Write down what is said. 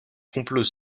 complot